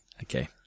Okay